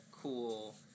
cool